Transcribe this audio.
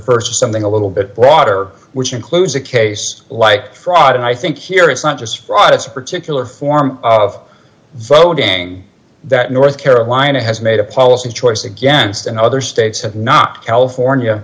to something a little bit broader which includes a case like fraud and i think here it's not just fraud it's a particular form of voting that north carolina has made a policy choice against and other states and not california